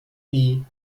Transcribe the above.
nie